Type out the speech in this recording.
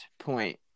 point